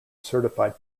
certified